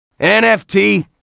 NFT